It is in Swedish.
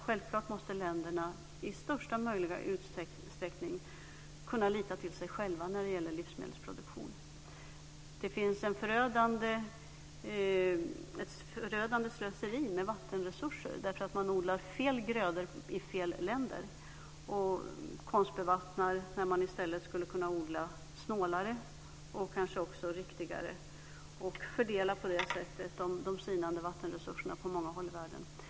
Självklart måste länderna i största möjliga utsträckning kunna lita till sig själva när det gäller livsmedelsproduktionen. Det finns ett förödande slöseri med vattenresurser, därför att man odlar fel grödor i fel länder och konstbevattnar när man i stället skulle kunna odla snålare och kanske också riktigare och fördela på det sättet de sinande vattenresurserna på många håll i världen.